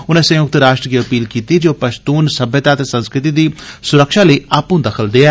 उनें संयुक्त राष्ट्र गी अपील कीती जे ओह् पशतून सम्यता ते संस्कृति दी सुरक्षा लेई आपूं दखल देन